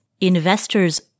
investors